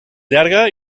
llarga